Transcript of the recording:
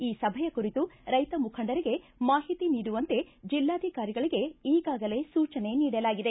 ಈ ಸಭೆಯ ಕುರಿತು ರೈತ ಮುಖಂಡರಿಗೆ ಮಾಹಿತಿ ನೀಡುವಂತೆ ಜಿಲ್ಲಾಧಿಕಾರಿಗಳಿಗೆ ಈಗಾಗಲೇ ಸೂಚನೆ ನೀಡಲಾಗಿದೆ